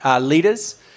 leaders